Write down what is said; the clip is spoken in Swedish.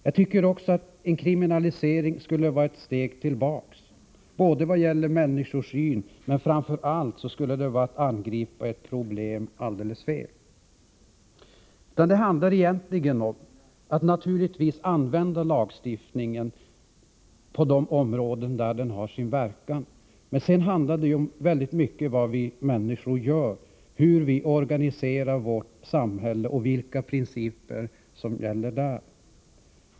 Jag tycker också att en kriminalisering skulle vara ett steg tillbaka vad gäller människosyn, men framför allt skulle det vara att angripa ett problem på alldeles fel sätt. Lagstiftningen skall naturligtvis användas på de områden där den har sin verkan. Men sedan handlar det väldigt mycket om vad vi människor gör, hur vi organiserar vårt samhälle och vilka principer som gäller där.